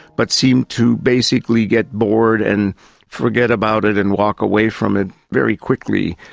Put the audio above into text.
but seemed to basically get bored and forget about it and walk away from it very quickly.